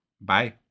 Bye